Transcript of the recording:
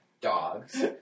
dogs